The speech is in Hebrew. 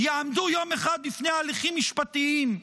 יעמדו יום אחד בפני הליכים משפטים,